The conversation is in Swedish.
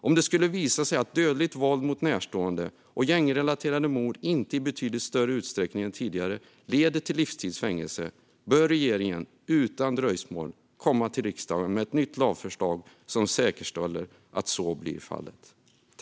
Om det skulle visa sig att dödligt våld mot närstående och gängrelaterade mord inte i betydligt större utsträckning än tidigare leder till livstids fängelse bör regeringen utan dröjsmål återkomma till riksdagen med ett nytt lagförslag som säkerställer att så blir fallet.